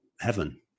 heaven